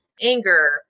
anger